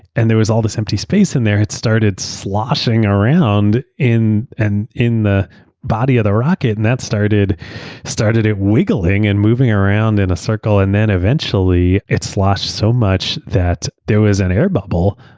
and there was all this empty space in there, it started sloshing around in and in the body of the rocket. and that started started it wiggling and moving around in a circle. and then, eventually, it sloshed so much that there was an air bubble.